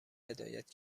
هدایت